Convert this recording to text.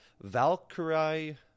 valkyrie